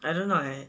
I don't I